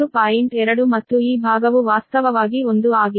2 ಮತ್ತು ಈ ಭಾಗವು ವಾಸ್ತವವಾಗಿ 1 ಆಗಿದೆ